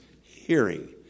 Hearing